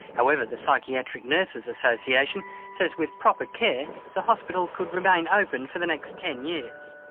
however the psychiatric nurses association says with proper care the hospital could remain open for the next ten years.